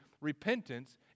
Repentance